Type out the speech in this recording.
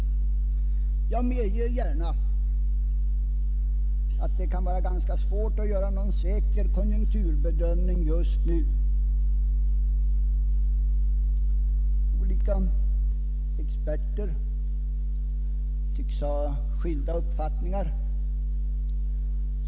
Jag medger gärna att det är svårt att göra någon säker konjunkturbedömning just nu. Olika experter tycks ha skilda uppfattningar.